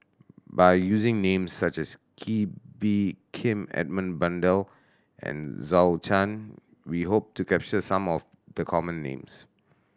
by using names such as Kee Bee Khim Edmund Blundell and Zhou Can we hope to capture some of the common names